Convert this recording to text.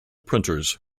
printers